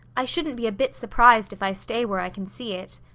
i shouldn't be a bit surprised if i stay where i can see it.